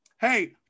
Hey